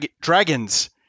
dragons